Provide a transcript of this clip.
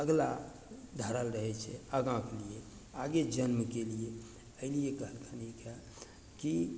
अगिला धरल रहय छै आगाँके लिये आगे जन्मके लिये अइ लिये कहलखिन हैं कि